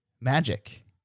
magic